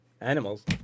Animals